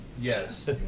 yes